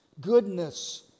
goodness